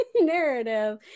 narrative